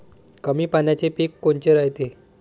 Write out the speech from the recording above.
कमी पाण्याचे पीक कोनचे रायते?